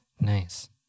Nice